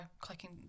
clicking